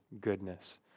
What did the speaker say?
goodness